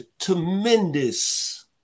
tremendous